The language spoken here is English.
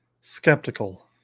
skeptical